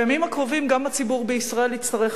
בימים הקרובים גם הציבור בישראל יצטרך